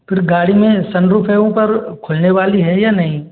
फिर गाड़ी में सनरुफ है ऊपर खुलने वाली है या नहीं